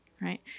right